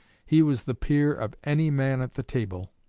he was the peer of any man at the table.